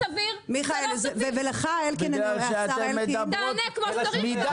מי היה הקושי והמוקש הכי גדול שלנו?